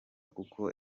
kuko